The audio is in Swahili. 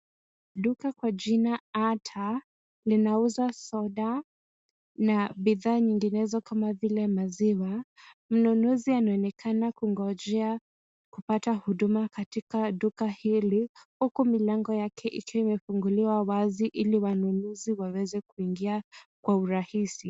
Duka kwa jina Ata linauza soda na bidhaa nyinginezo kama vile maziwa ,mnunuzi anaonekana kungojea kupata huduma katika duka hili ,huku milango yake ikiwa imefunguliwa wazi ili wanunuzi waweze kuingia kwa urahisi.